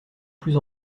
plus